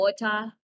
water